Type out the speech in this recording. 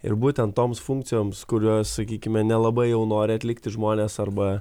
ir būtent toms funkcijoms kurios sakykime nelabai jau nori atlikti žmonės arba